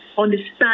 understand